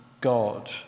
God